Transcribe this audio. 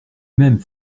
même